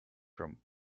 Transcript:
from